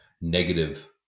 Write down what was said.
negative